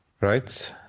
Right